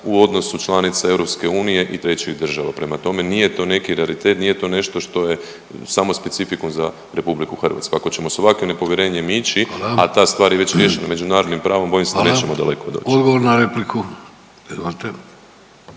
u odnosu članice EU i trećih država. Prema tome, nije to neki realitet, nije to nešto što je samo specifikum za RH. Ako ćemo sa ovakvim nepovjerenjem ići, a ta stvar je već riješena … …/Upadica Vidović: Hvala./… … međunarodnim